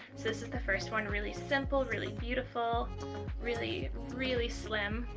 so this is the first one, really simple, really beautiful really really slim.